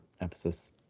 emphasis